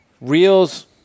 reels